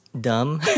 dumb